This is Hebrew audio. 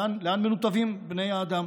לאן מנותבים בני האדם,